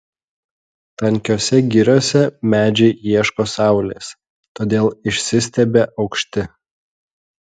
tankiose giriose medžiai ieško saulės todėl išsistiebia aukšti